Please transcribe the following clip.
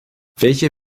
welche